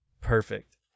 perfect